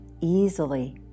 easily